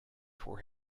for